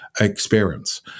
experience